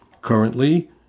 Currently